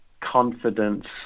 confidence